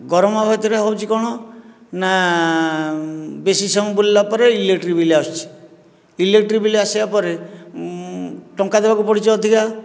ଗରମ ସେହିଥିରେ ହେଉଛି କ'ଣ ନା ବେଶି ସମୟ ବୁଲିଲା ପରେ ଇଲେକ୍ଟ୍ରି ବିଲ୍ ଆସୁଛି ଇଲେକ୍ଟ୍ରି ବିଲ୍ ଆସିବା ପରେ ଟଙ୍କା ଦେବାକୁ ପଡ଼ୁଛି ଅଧିକା